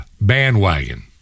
bandwagon